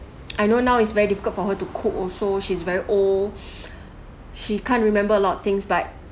I know now is very difficult for her to cook also she's very old she can't remember a lot things but